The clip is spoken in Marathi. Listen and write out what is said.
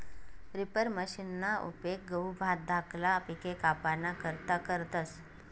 रिपर मशिनना उपेग गहू, भात धाकला पिके कापाना करता करतस